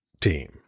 team